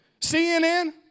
CNN